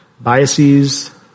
biases